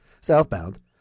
Southbound